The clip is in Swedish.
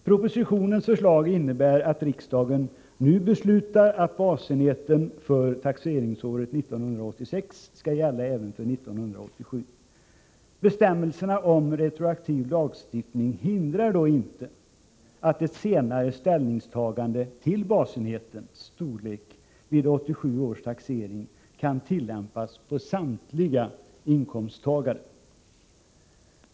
Propositionens förslag innebär att riksdagen nu skall besluta att basenheten för taxeringsåret 1986 skall gälla även för 1987. Bestämmelserna om retroaktiv lagstiftning hindrar då inte att ett senare ställningstagande beträffande basenhetens storlek vid 1987 års taxering kan tillämpas på samtliga inkomsttagare.